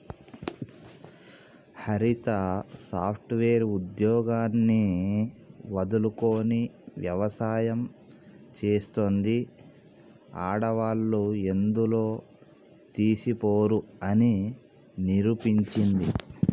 హరిత software ఉద్యోగాన్ని వదులుకొని వ్యవసాయం చెస్తాంది, ఆడవాళ్లు ఎందులో తీసిపోరు అని నిరూపించింది